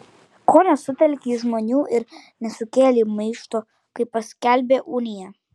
ko nesutelkei žmonių ir nesukėlei maišto kai paskelbė uniją